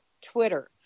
Twitter